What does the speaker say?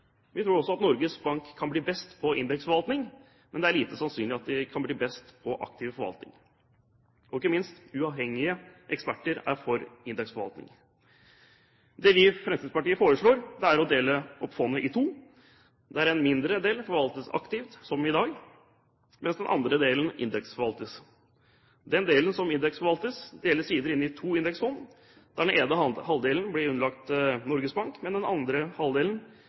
også tror at Norges Bank kan bli best på indeksforvaltning, men det er lite sannsynlig at de kan bli best på aktiv forvaltning. og, ikke minst, uavhengige eksperter er for indeksforvaltning Det vi i Fremskrittspartiet foreslår, er å dele opp fondet i to, der en mindre del forvaltes aktivt, som i dag, mens den andre delen indeksforvaltes. Den delen som indeksforvaltes, deles videre inn i to indeksfond, der den ene halvdelen blir underlagt Norges Bank, mens den andre halvdelen